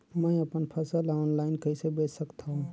मैं अपन फसल ल ऑनलाइन कइसे बेच सकथव?